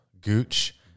Gooch